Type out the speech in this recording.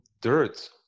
dirt